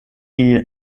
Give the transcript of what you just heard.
die